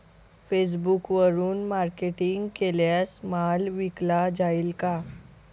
फेसबुकवरुन मार्केटिंग केल्यास माल विकला जाईल का?